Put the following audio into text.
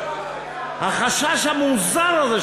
החשש המוזר הזה,